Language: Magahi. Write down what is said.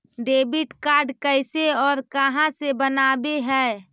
डेबिट कार्ड कैसे और कहां से बनाबे है?